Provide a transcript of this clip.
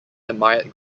admired